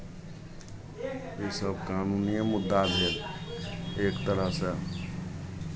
इसभ कानूनिए मुद्दा भेल एक तरहसँ